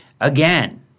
again